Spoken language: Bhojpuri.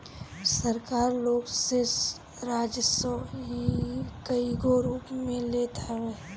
सरकार लोग से राजस्व कईगो रूप में लेत हवे